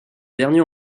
dernier